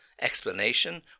explanation